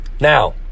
Now